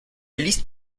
liest